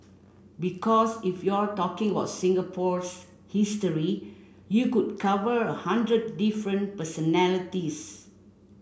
because if you're talking about Singapore's history you could cover a hundred different personalities